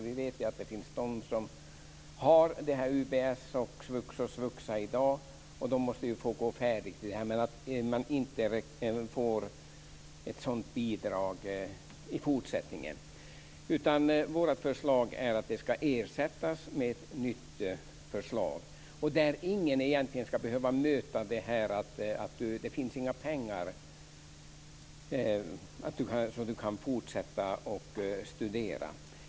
Vi vet att det finns de som har ubs, svux och svuxa i dag, och de måste få gå färdigt. Ingen ska behöva möta argumentet att det inte finns några pengar så att de kan fortsätta att studera.